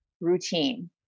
routine